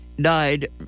died